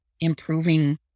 improving